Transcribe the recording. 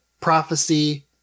prophecy